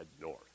north